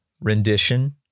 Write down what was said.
rendition